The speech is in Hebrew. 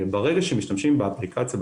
ברגע שמשתמשים באפליקציה במערכת,